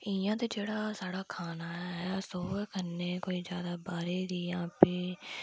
इयां ते जेहड़ा साढ़ा खाना ऐ अस ओह् उऐ खन्ने कोई ज्यादा बाहरे दी जां फ्ही